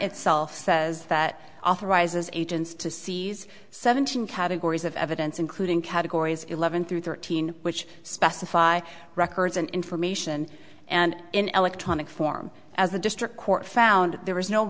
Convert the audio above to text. itself says that authorizes agents to seize seven thousand categories of evidence including categories eleven through thirteen which specify records and information and in electronic form as the district court found there was no